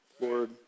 Lord